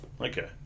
Okay